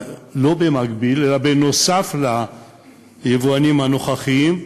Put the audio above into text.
לא במקביל אלא בנוסף ליבואנים הנוכחיים,